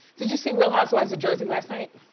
did you see real housewives of jersey last night?